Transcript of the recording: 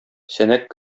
сәнәк